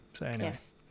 Yes